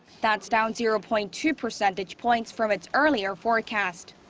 that's down zero-point-two percentage points from its earlier forecast.